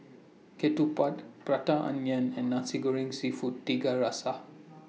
Ketupat Prata Onion and Nasi Goreng Seafood Tiga Rasa